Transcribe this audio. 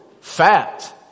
fat